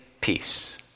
peace